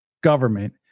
government